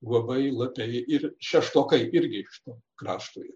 globai lapiai ir šeštokai irgi iš to krašto